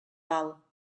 val